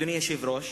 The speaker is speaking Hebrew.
אדוני היושב-ראש,